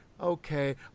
okay